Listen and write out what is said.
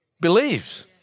believes